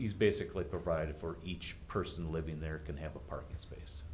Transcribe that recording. he's basically provided for each person living there can have a parking space